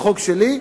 בחוק שלי,